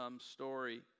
story